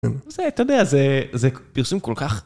זה, אתה יודע, זה פרסום כל כך...